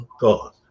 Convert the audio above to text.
God